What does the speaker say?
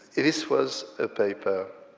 this was a paper